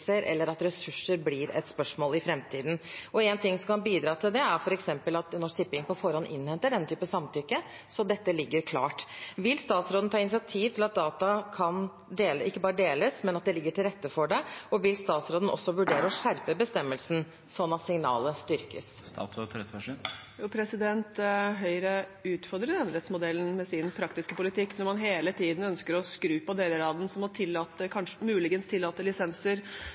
eller at ressurser blir et spørsmål i framtiden. Noe som kan bidra til det, er f.eks. at Norsk Tipping på forhånd innhenter slikt samtykke, slik at dette ligger klart. Vil statsråden ta initiativ til at data kan ikke bare deles, men at det ligger til rette for det, og vil statsråden også vurdere å skjerpe bestemmelsen, sånn at signalet styrkes? Jo, Høyre utfordrer enerettsmodellen med sin praktiske politikk når man hele tiden ønsker å skru på deler av den, som muligens å tillate